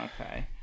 Okay